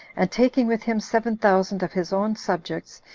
and taking with him seven thousand of his own subjects,